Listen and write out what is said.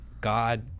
God